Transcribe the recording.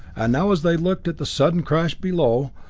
and now as they looked at the sudden crash below,